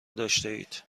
داشتهاید